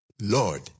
Lord